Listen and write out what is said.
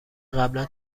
قبلا